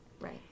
Right